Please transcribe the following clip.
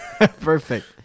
Perfect